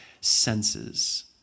senses